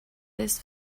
this